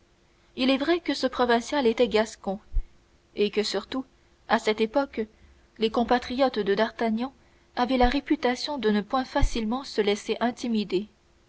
il est vrai que ce provincial était gascon et que surtout à cette époque les compatriotes de d'artagnan avaient la réputation de ne point facilement se laisser intimider